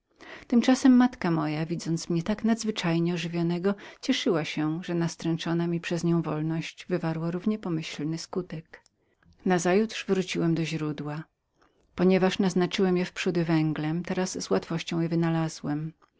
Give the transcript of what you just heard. tymczasem matka moja widząc mnie tak nadzwyczajnie ożywionego cieszyła się że nastręczona mi przez nią wolność wywarła równie pomyślny skutek nazajutrz wróciłem do źródła naznaczywszy je zaś wprzódy węglem teraz z łatwością więc je wynalazłem